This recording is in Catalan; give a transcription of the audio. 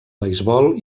beisbol